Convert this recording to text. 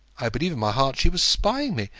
i believe in my heart she was spying me,